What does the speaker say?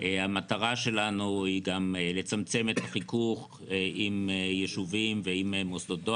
המטרה שלנו היא לצמצם את החיכוך עם יישובים ועם מוסדות.